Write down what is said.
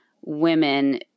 women